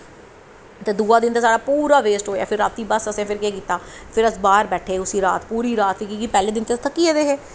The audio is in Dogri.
ते दुआ दिन ते साढ़ा पूरा बेस्ट होआ रातीं बस असें केह् कीता फिर अस बाह्र बैठे पूरी रात पैह्लें दिन ते इस थक्की गेदे हे